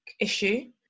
issue